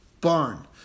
barn